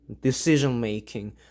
decision-making